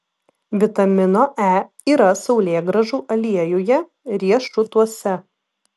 vitamino e yra saulėgrąžų aliejuje riešutuose